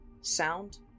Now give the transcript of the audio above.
sound